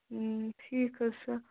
ٹھیٖک حٲز چھُ